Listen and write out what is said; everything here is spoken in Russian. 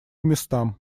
местам